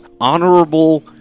Honorable